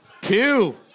Two